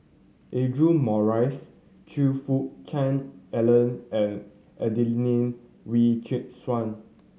Audra Morrice Choe Fook Cheong Alan and Adelene Wee Chin Suan